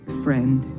friend